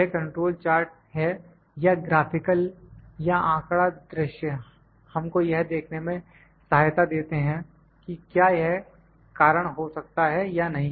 यह control chart हैं या ग्राफ़िकल या आंकड़ा दृश्य हमको यह देखने में सहायता देते हैं कि क्या यह कारण हो सकता है या नहीं